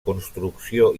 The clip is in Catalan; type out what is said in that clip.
construcció